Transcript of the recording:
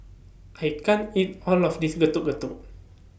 I can't eat All of This Getuk Getuk